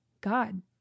god